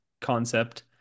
concept